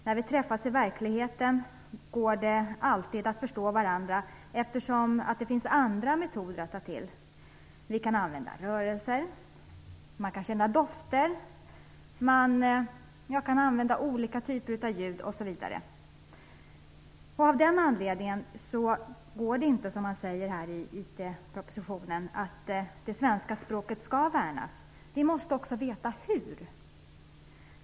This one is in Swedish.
När vi träffas i verkligheten går det alltid att förstå varandra, eftersom det finns andra metoder att ta till. Vi kan uppfatta rörelser, känna dofter, förnimma olika typer av ljud osv. Mot den här bakgrunden räcker det inte med att, som man gör i IT-propositionen, framhålla att det svenska språket skall värnas. Vi måste också veta hur det skall ske.